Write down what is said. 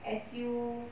S_U